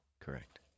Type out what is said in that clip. Correct